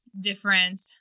different